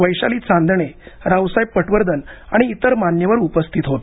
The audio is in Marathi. वैशाली चांदणे रावसाहेब पटवर्धन आणि इतर मान्यवर उपस्थित होते